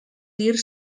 dir